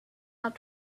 out